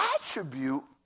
attribute